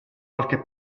qualche